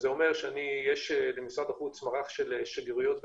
זה אומר שיש למשרד החוץ מערך של שגרירויות בחו"ל,